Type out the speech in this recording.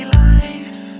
life